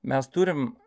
mes turim